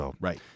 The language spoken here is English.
right